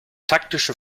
taktische